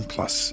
Plus